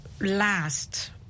last